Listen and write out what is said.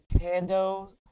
pando